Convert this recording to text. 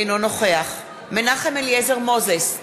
אינו נוכח מנחם אליעזר מוזס,